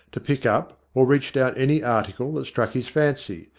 to pick up or reach down any article that struck his fancy,